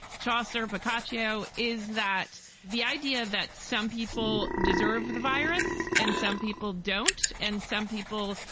chaucer boccaccio, is that the idea that some people deserve the virus? and some people don't. and some people,